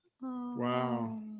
Wow